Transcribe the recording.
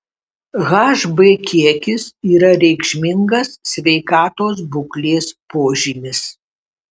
hb kiekis yra reikšmingas sveikatos būklės požymis